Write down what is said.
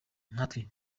kandi